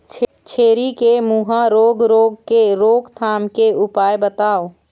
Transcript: छेरी के मुहा रोग रोग के रोकथाम के उपाय बताव?